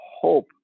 hope